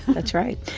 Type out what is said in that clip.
that's right.